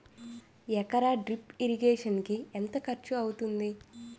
ఎకర drip irrigation కి ఎంత ఖర్చు అవుతుంది?